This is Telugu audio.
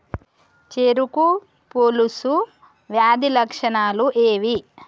చెరుకు పొలుసు వ్యాధి లక్షణాలు ఏవి?